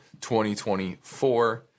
2024